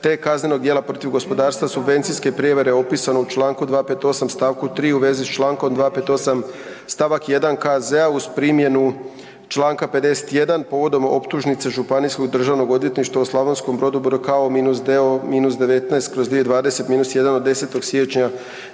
te kaznenog djela protiv gospodarstva subvencijske prijevare opisane u čl. 258. st. 3 u vezi s čl. 258. st. 1. KZ-a uz primjenu čl. 51. povodom optužnice Županijskog državnog odvjetništva u Slavonskom Brodu br. Ko-Doo-19/2020-1 od 10. siječnja